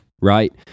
right